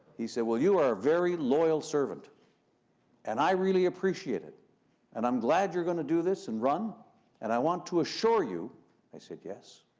he said, well, you are a very loyal servant and i really appreciate it and i'm glad you're going to do this and run and i want to assure you i said, yes?